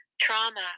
trauma